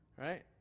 Right